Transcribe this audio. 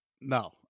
No